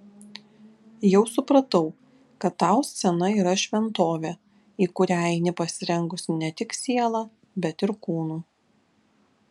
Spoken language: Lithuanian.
jau supratau kad tau scena yra šventovė į kurią eini pasirengusi ne tik siela bet ir kūnu